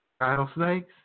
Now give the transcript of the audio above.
Rattlesnakes